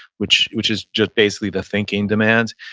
which which is just basically the thinking demands.